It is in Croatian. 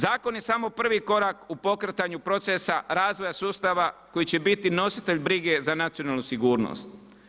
Zakon je samo prvi korak u pokretanju procesa, razvoja sustava koji će biti nositelj brige za nacionalnu sigurnost.